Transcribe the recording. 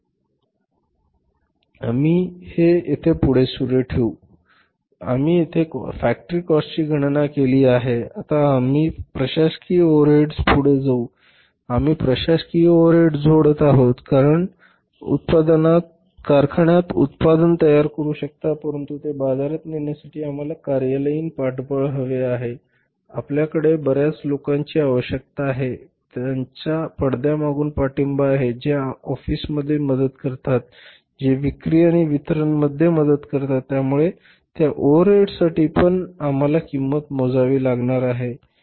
तर आम्ही हे येथे पुढ सुरू ठेवू आम्ही येथे फॅक्टरी काॅस्टची गणना केली आहे आता आम्ही प्रशासकीय ओव्हरहेडसह पुढे जाऊ आम्ही प्रशासकीय ओव्हरहेड्स जोडत आहोत कारण आपण कारखान्यात उत्पादन तयार करू शकता परंतु ते बाजारात नेण्यासाठी आम्हाला कार्यालयीन पाठबळ हवे आहे आपल्याकडे बर्याच लोकांची आवश्यकता आहे ज्यांचा पडद्यामागून पाठिंबा आहे जे ऑफिसमध्ये मदत करतात जे विक्री आणि वितरण मध्ये मदत करतात त्यामुळे त्या ओव्हरहेडसाठी पण आम्हाला किंमत मोजावी लागणार आहे